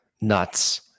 Nuts